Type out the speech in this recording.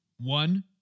One